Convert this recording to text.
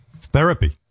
Therapy